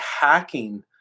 hacking